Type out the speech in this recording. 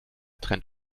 trennt